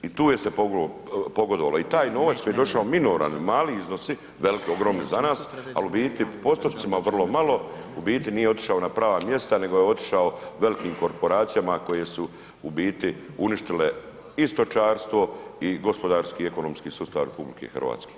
I to je se pogodovalo i taj novac koji je došao minoran, mali iznosi, velki ogromni za nas al u biti u postocima vrlo malo u biti nije otišao na prava mjesta, nego je otišao velikim korporacijama koje su u biti uništile i stočarstvo i gospodarski i ekonomski sustav RH.